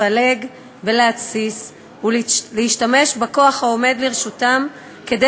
לפלג ולהתסיס ולהשתמש בכוח העומד לרשותם כדי